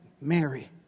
Mary